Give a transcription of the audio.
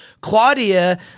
Claudia